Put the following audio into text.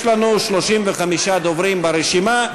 יש לנו 35 דוברים ברשימה.